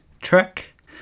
track